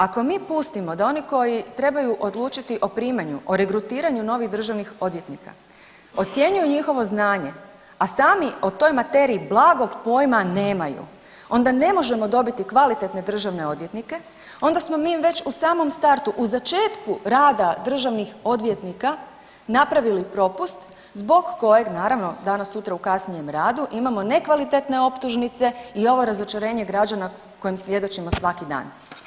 Ako mi pustimo da oni koji trebaju odlučiti o primanju o regrutiranju novih državnih odvjetnika ocjenjuju njihovo znanje, a sami o toj materiji blagog poima nemaju onda ne možemo dobiti kvalitetne državne odvjetnike, onda smo mi već u samom startu u začetku rada državnih odvjetnika napravili propust zbog kojeg naravno danas sutra u kasnijem radu imamo nekvalitetne optužnice i ovo razočarenje građana kojem svjedočimo svaki dan.